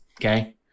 Okay